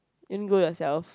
didn't go yourself